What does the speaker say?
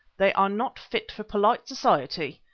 they are not fit for polite society.